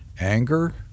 anger